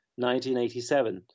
1987